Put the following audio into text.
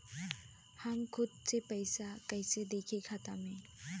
हम खुद से पइसा कईसे देखी खाता में?